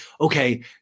okay